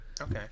Okay